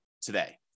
today